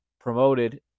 promoted